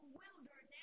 wilderness